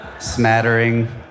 Smattering